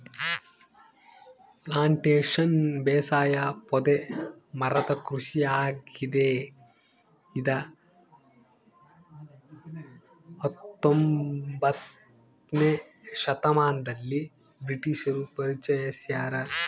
plantation ಬೇಸಾಯ ಪೊದೆ ಮರದ ಕೃಷಿಯಾಗಿದೆ ಇದ ಹತ್ತೊಂಬೊತ್ನೆ ಶತಮಾನದಲ್ಲಿ ಬ್ರಿಟಿಷರು ಪರಿಚಯಿಸ್ಯಾರ